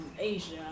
Asia